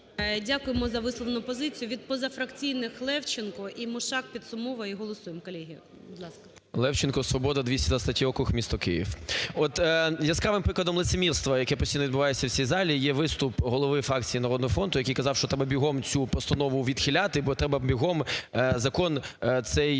Дякуємо за висловлену позицію. Від позафракційних Левченко і Мушак підсумовує. І голосуємо, колеги. Будь ласка. 12:01:43 ЛЕВЧЕНКО Ю.В. Левченко, "Свобода", 223 округ місто Київ. От яскравим прикладом лицемірства, яке постійно відбувається в цій залі, є виступ голови фракції "Народного фронту", який казав, що треба бігом цю постанову відхиляти, бо треба бігом закон цей